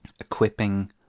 equipping